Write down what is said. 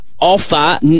offer